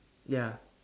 ya